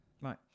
Right